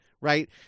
right